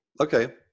Okay